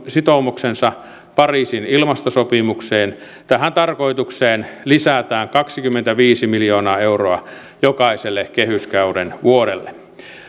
sitoumuksensa pariisin ilmastosopimukseen tähän tarkoitukseen lisätään kaksikymmentäviisi miljoonaa euroa jokaiselle kehyskauden vuodelle